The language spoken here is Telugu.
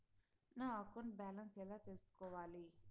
నా అకౌంట్ బ్యాలెన్స్ ఎలా తెల్సుకోవాలి